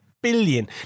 billion